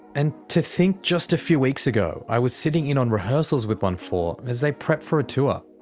and to think just a few weeks ago, i was sitting in on rehearsals with onefour as they prepped for a tour.